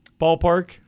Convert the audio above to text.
ballpark